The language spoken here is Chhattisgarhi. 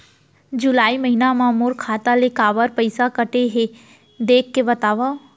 जुलाई महीना मा मोर खाता ले काबर पइसा कटे हे, देख के बतावव?